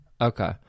Okay